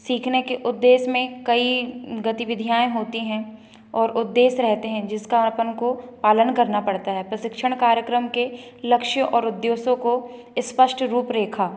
सीखने के उद्देश्य में कई गतिविधियां होती हैं और उद्देश्य रहते हैं जिसका अपन को पालन करना पड़ता है प्रशिक्षण कार्यक्रम के लक्ष्य और उद्देश्य को स्पष्ट रूपरेखा